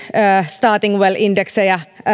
starting well indeksejä